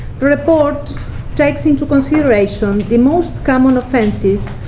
the report takes into consideration the most common offenses,